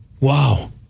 Wow